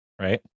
right